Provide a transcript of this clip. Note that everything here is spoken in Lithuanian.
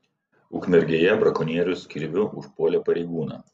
ukmergėje brakonierius kirviu užpuolė pareigūną